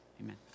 Amen